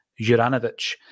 Juranovic